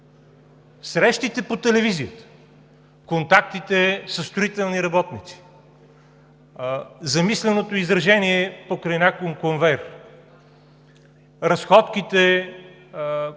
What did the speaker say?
Срещите по телевизията, контактите със строителни работници, замисленото изражение покрай някой конвейер, разходките